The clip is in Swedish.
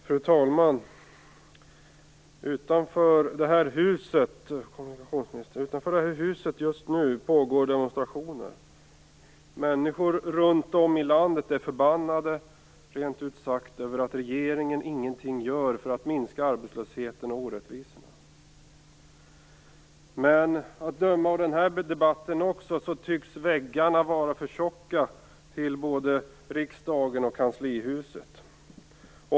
Fru talman! Utanför riksdagshuset pågår just nu demonstrationer, kommunikationsministern. Människor runt om i landet är rent ut sagt förbannade över att regeringen ingenting gör för att minska arbetslösheten och orättvisorna. Att döma av också den här debatten tycks väggarna vara för tjocka till både riksdagen och kanslihuset.